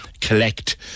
collect